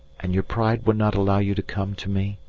and your pride would not allow you to come to me?